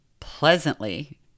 pleasantly